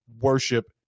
worship